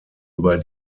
über